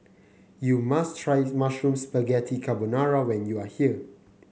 you must try Mushroom Spaghetti Carbonara when you are here